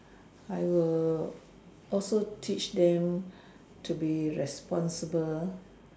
I will also teach them to be responsible